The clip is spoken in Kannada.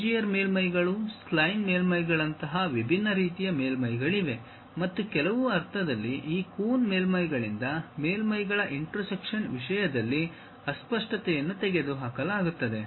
ಬೆಜಿಯರ್ ಮೇಲ್ಮೈಗಳು ಸ್ಪ್ಲೈನ್ ಮೇಲ್ಮೈಗಳಂತಹ ವಿಭಿನ್ನ ರೀತಿಯ ಮೇಲ್ಮೈ ಗಳಿವೆ ಮತ್ತು ಕೆಲವು ಅರ್ಥದಲ್ಲಿ ಈ ಕೂನ್ ಮೇಲ್ಮೈಗಳಿಂದ ಮೇಲ್ಮೈಗಳ ಇಂಟರ್ಸೆಕ್ಷನ್ ವಿಷಯದಲ್ಲಿ ಅಸ್ಪಷ್ಟತೆಯನ್ನು ತೆಗೆದುಹಾಕಲಾಗುತ್ತದೆ